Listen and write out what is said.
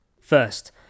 First